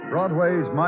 Broadway's